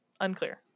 unclear